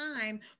time